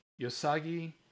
Yosagi